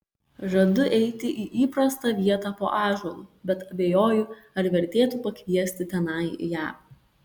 žadu eiti į įprastą vietą po ąžuolu bet abejoju ar vertėtų pakviesti tenai ją